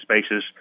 spaces